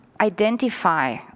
identify